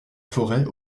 forêt